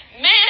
Man